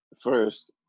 first